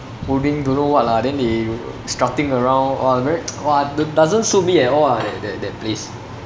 holding don't know what lah then they strutting around !wah! very !wah! doesn't suit me at all ah that that that place